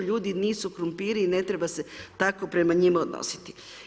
Ljudi nisu krumpiri i ne treba se tako prema njima odnositi.